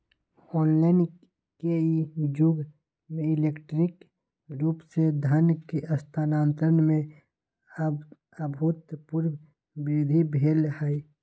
online के इ जुग में इलेक्ट्रॉनिक रूप से धन के स्थानान्तरण में अभूतपूर्व वृद्धि भेल हइ